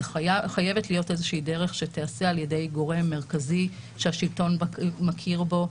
זאת חייבת להיות איזושהי דרך שתיעשה על ידי גורם מרכזי שהשלטון מכיר בו,